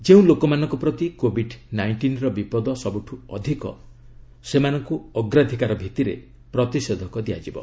ଯେଉଁ ଲୋକମାନଙ୍କ ପ୍ରତି କୋବିଡ୍ ନାଇଷ୍ଟିନ୍ର ବିପଦ ସବୁଠୁ ଅଧିକ ସେମାନଙ୍କ ଅଗ୍ରାଧକାର ଭିଭିରେ ପ୍ରତିଷେଧକ ଦିଆଯିବ